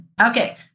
Okay